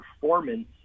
performance